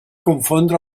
confondre